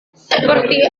seperti